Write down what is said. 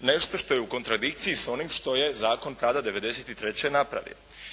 nešto što je u kontradikciji s onim što je zakon tada '93. napravio.